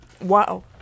Wow